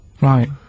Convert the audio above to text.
Right